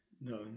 No